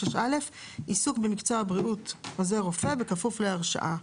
26א. עיסוק במקצוע הבריאות עוזר רופא בכפוף להרשאה.